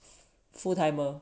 full timer